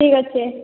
ଠିକ ଅଛି